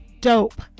dope